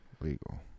legal